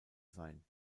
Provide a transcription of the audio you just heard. sein